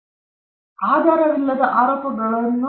ಮತ್ತೊಮ್ಮೆ ಮತ್ತೊಂದು ಸಂಶೋಧಕರ ಬಗ್ಗೆ ಆಧಾರವಿಲ್ಲದ ಆರೋಪಗಳನ್ನು ಮಾಡುತ್ತಾರೆ